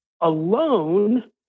alone